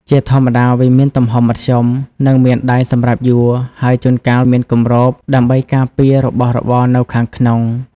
ជាធម្មតាវាមានទំហំមធ្យម និងមានដៃសម្រាប់យួរ ហើយជួនកាលមានគម្របដើម្បីការពាររបស់របរនៅខាងក្នុង។